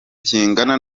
kingana